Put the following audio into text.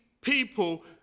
people